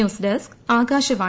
news desk Akashvani